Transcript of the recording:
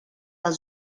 les